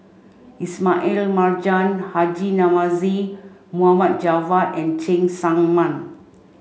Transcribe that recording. Ismail Marjan Haji Namazie Mohd Javad and Cheng Tsang Man